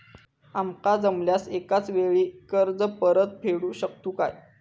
आमका जमल्यास एकाच वेळी कर्ज परत फेडू शकतू काय?